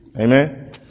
Amen